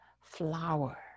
flower